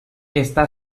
està